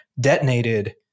detonated